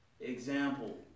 example